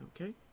Okay